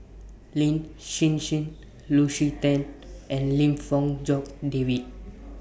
Lin Hsin Hsin Lucy Tan and Lim Fong Jock David